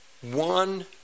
one